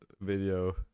video